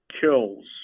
kills